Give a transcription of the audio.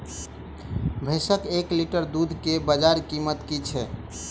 भैंसक एक लीटर दुध केँ बजार कीमत की छै?